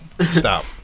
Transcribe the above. stop